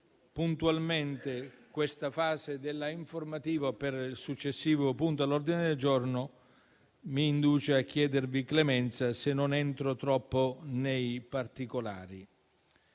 puntualmente questa fase dell'informativa per rispetto del successivo punto all'ordine del giorno mi induce a chiedervi clemenza se non entro troppo nei particolari.